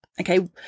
okay